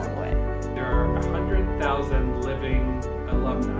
there are a hundred thousand living alumni